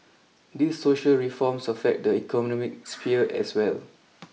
these social reforms affect the economic sphere as well